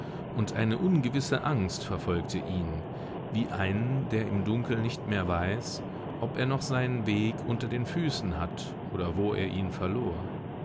und eine ungewisse angst verfolgte ihn wie einen der im dunkel nicht mehr weiß ob er noch seinen weg unter den füßen hat oder wo er ihn verlor